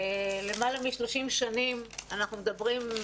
למעלה מ-30 שנים אנחנו מדברים,